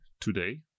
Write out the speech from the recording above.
today